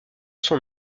son